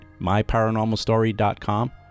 myparanormalstory.com